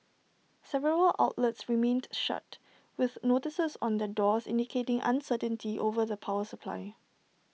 several outlets remained shut with notices on their doors indicating uncertainty over the power supply